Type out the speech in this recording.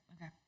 Okay